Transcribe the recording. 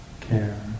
care